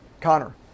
Connor